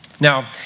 Now